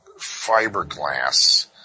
fiberglass